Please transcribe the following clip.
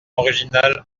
originale